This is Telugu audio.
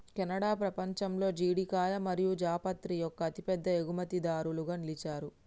కెనడా పపంచంలో జీడికాయ మరియు జాపత్రి యొక్క అతిపెద్ద ఎగుమతిదారులుగా నిలిచారు